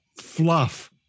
fluff